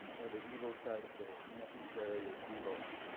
or the evil side of the necessary evil.